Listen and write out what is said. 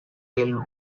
till